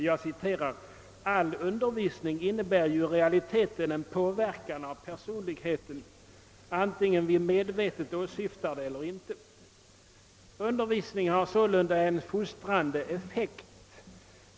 Jag citerar vad skolberedningen anfört: »All undervisning innebär ju i realiteten en påverkan på personligheten, antingen vi medvetet åsyftar det eller inte. Undervisningen har sålunda en fostrande effekt.